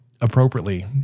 appropriately